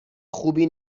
خوبی